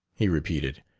he repeated,